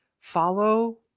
follow